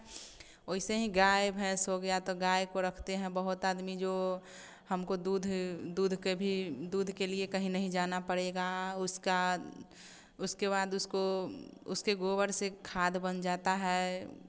वैसे ही गाय भैंस हो गया तो गाय को रखते हैं बहुत आदमी जो हमको दूध दूध के भी दूध के लिए कहीं नहीं जाना पड़ेगा उसका उसके बाद उसको उसके गोबर से खाद बन जाता है